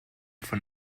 von